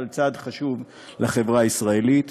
אבל צעד חשוב לחברה הישראלית.